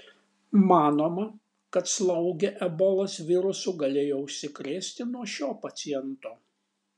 manoma kad slaugė ebolos virusu galėjo užsikrėsti nuo šio paciento